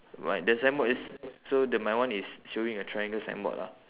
my the signboard is so the my one is showing a triangle signboard ah